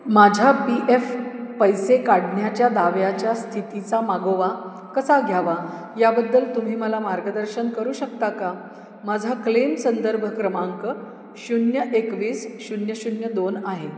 माझ्या P F पैसे काढण्याच्या दाव्याच्या स्थितीचा मागोवा कसा घ्यावा याबद्दल तुम्ही मला मार्गदर्शन करू शकता का माझा क्लेम संदर्भ क्रमांक शून्य एकवीस शून्य शून्य दोन आहे